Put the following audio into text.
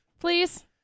please